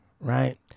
right